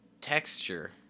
texture